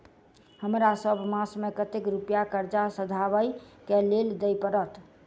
हमरा सब मास मे कतेक रुपया कर्जा सधाबई केँ लेल दइ पड़त?